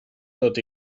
tot